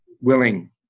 willing